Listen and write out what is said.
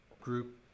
group